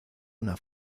una